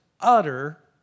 utter